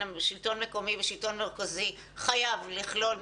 השלטון המקומי לשלטון המרכזי חייבת לכלול,